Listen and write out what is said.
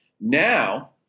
now